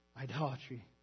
idolatry